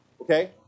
Okay